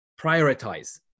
prioritize